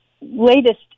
latest